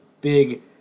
big